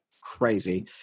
crazy